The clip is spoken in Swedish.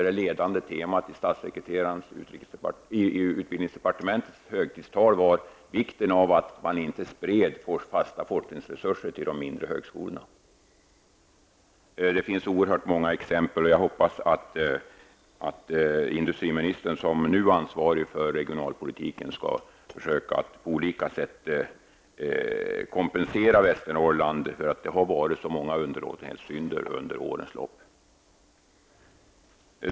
Det ledande temat i högtidstalet som hölls av statssekreteraren i utbildningsdepartementet var vikten av att man inte sprider fasta forskningsresurser till de mindre högskolorna. Det finns oerhört många exempel. Jag hoppas att industriministern, som nu är ansvarig för regionalpolitiken, skall försöka att på olika sätt kompensera Västernorrland. Det har skett så många underlåtenhetssynder under årens lopp.